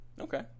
okay